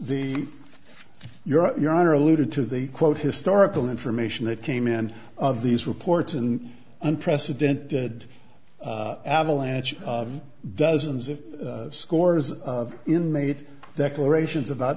the euro your honor alluded to the quote historical information that came in of these reports and unprecedented avalanche of dozens of scores of in made declarations about